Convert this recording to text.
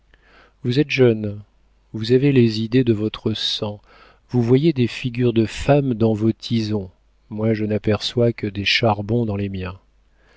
vous êtes jeune vous avez les idées de votre sang vous voyez des figures de femme dans vos tisons moi je n'aperçois que des charbons dans les miens